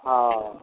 हँ